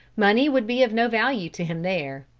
money would be of no value to him there.